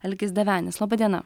algis davenis laba diena